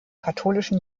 katholischen